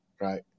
right